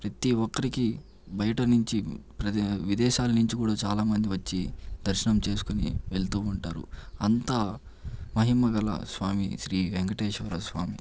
ప్రతీ ఒక్కరికి బయటనుంచి ప్రదే విదేశాలనుంచి కూడా చాలా మంది వచ్చి దర్శనం చేసుకొని వెళ్తూ ఉంటారు అంత మహిమ గల స్వామి శ్రీ వెంకటేశ్వర స్వామి